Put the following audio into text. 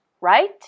right